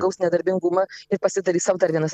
gaus nedarbingumą ir pasidarys sau dar vienas